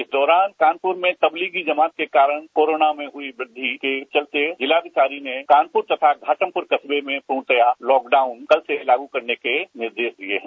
इस दौरान कानपुर में तबलीगी जमात के कारण कोरोना में हुई वृद्धि के चलते जिलाधिकारी ने कानपुर तथा घाटमपुर कस्बे में पूर्णतया लॉकडाउन कल से लागू करने के निर्देश दिए हैं